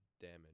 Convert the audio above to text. damage